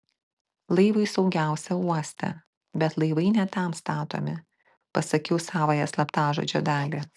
laivui saugiausia uoste bet laivai ne tam statomi pasakiau savąją slaptažodžio dalį